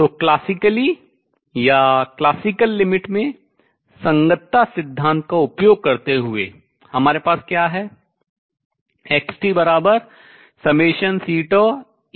तो classically शास्त्रीय या classical limit शास्त्रीय सीमा में संगतता सिद्धांत का उपयोग करते हुए हमारे पास क्या है